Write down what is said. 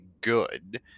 good